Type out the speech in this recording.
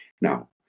now